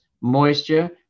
moisture